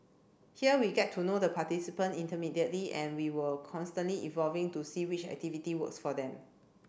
here we get to know the participant and we were constantly evolving to see which activity works for them